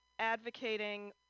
advocating